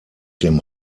dem